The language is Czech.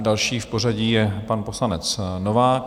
Další v pořadí je pan poslanec Novák.